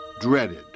dreaded